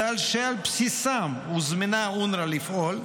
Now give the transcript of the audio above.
ושעל בסיסם הוזמנה אונר"א לפעול,